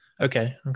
okay